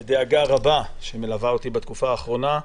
שמלווה אותי דאגה רבה בתקופה האחרונה,